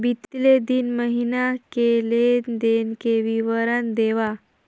बितले तीन महीना के लेन देन के विवरण देवा?